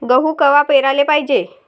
गहू कवा पेराले पायजे?